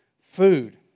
food